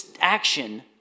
action